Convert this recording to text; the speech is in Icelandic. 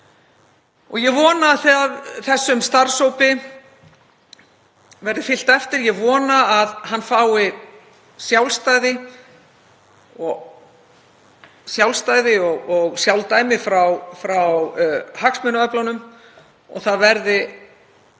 Ég vona að þessum starfshópi verði fylgt eftir, ég vona að hann fái sjálfstæði og sjálfdæmi frá hagsmunaöflum, það verði